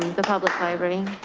the public library.